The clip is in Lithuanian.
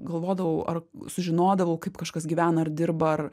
galvodavau ar sužinodavau kaip kažkas gyvena ar dirba ar